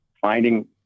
finding